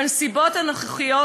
בנסיבות הנוכחיות,